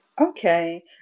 Okay